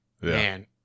Man